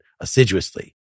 assiduously